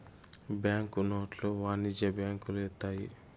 bank నోట్లు వాణిజ్య బ్యాంకులు ఇత్తాయి